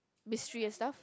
mystery itself